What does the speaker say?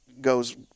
goes